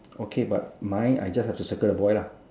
okay but mine I just have to circle the boy lah